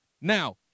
Now